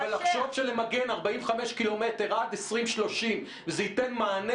--- אבל לחשוב שלמגן 45 קילומטר עד 2030 זה ייתן מענה,